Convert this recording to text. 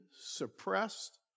suppressed